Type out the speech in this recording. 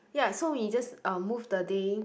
ya so we just uh move the day